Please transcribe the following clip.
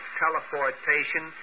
teleportation